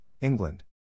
England